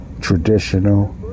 traditional